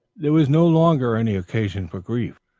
there was no longer any occasion for grief,